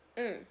mm